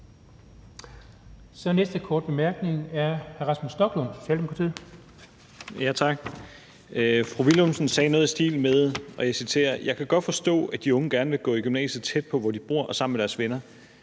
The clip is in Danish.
Næste korte bemærkning er til hr. Rasmus Stoklund, Socialdemokratiet. Kl. 12:06 Rasmus Stoklund (S): Tak. Fru Gitte Willumsen sagde noget i stil med: Jeg kan godt forstå, at de unge gerne vil gå i gymnasiet tæt på, hvor de bor, og sammen med deres venner.